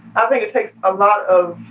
i think it takes a lot of